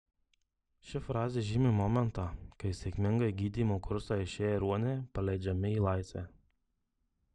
ši frazė žymi momentą kai sėkmingai gydymo kursą išėję ruoniai paleidžiami į laisvę